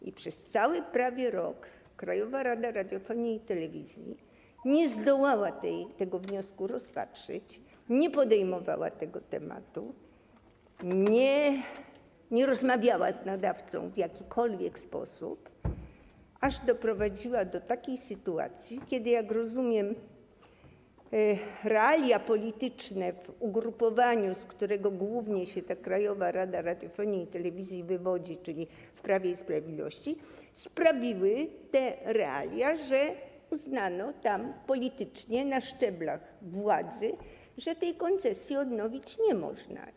I przez prawie cały rok Krajowa Rada Radiofonii i Telewizji nie zdołała tego wniosku rozpatrzyć, nie podejmowała tego tematu, nie rozmawiała z nadawcą w jakikolwiek sposób, aż doprowadziła do takiej sytuacji kiedy, jak rozumiem realia polityczne w ugrupowaniu, z którego głównie się ta Krajowa Rada Radiofonii i Telewizji wywodzi, czyli w Prawie i Sprawiedliwości, te realia sprawiły, że uznano politycznie na szczeblach władzy, że tej koncesji odnowić nie można.